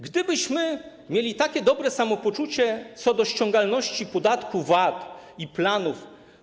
Gdybyśmy mieli takie dobre samopoczucie co do ściągalności podatku VAT i planów.